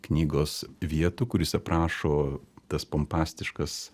knygos vietų kur jis aprašo tas pompastiškas